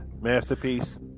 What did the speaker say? Masterpiece